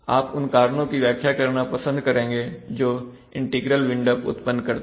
आप उन कारणों की व्याख्या करना पसंद करेंगे जो इंटीग्रल विंड अप उत्पन्न करते हैं